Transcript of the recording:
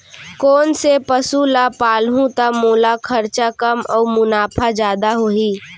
कोन से पसु ला पालहूँ त मोला खरचा कम अऊ मुनाफा जादा होही?